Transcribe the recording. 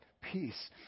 peace